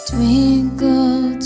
we go.